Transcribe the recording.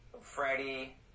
Freddie